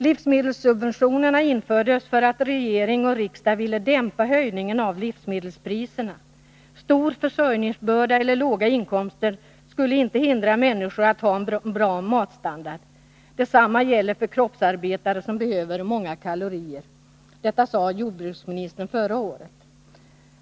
Livsmedelssubventionerna infördes för att regering och riksdag ville dämpa höjningen av livsmedelspriserna. Stor försörjningsbörda eller låga inkomster skall inte hindra människor att ha en bra matstandard. Detsamma gäller för tiska åtgärder kroppsarbetare som behöver många kalorier. Detta sade jordbruksministern förra året.